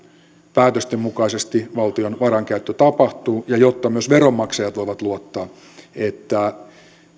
päätösten mukaisesti valtion varainkäyttö tapahtuu ja jotta myös veronmaksajat voivat luottaa että